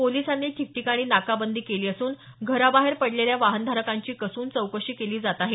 पोलिसांनी ठिकठिकाणी नाकाबंदी केली असून घराबाहेर पडलेल्या वाहनधारकांची कसून चौकशी केली जात आहे